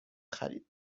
خرید